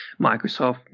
Microsoft